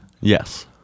Yes